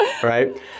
Right